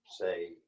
say